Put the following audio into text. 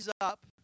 up